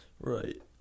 Right